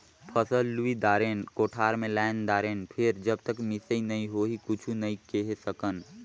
फसल लुई दारेन, कोठार मे लायन दारेन फेर जब तक मिसई नइ होही कुछु नइ केहे सकन